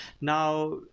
now